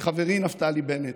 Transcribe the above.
לחברי נפתלי בנט: